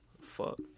Fuck